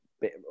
bit